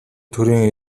төрийн